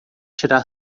tirar